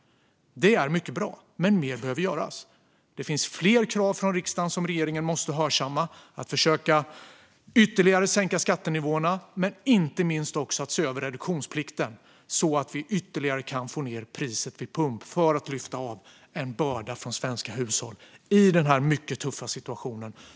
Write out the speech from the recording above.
Det är mycket bra, men mer behöver göras. Det finns fler krav från riksdagen som regeringen måste hörsamma. Det handlar om att försöka sänka skattenivåerna ytterligare. Inte minst handlar det om att också se över reduktionsplikten, så att vi ytterligare kan få ned priset vid pump, för att lyfta av en börda från svenska hushåll i denna tuffa situation.